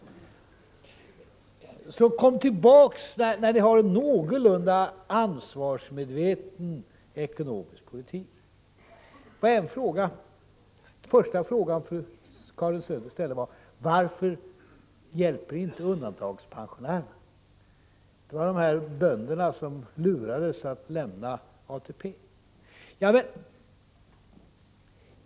Kom tillbaka när ni har en någorlunda ansvarsmedveten ekonomisk politik! Den första fråga Karin Söder ställde var: Varför hjälper ni inte undantagandepensionärerna? Det var de här bönderna som lurades lämna ATP.